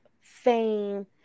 fame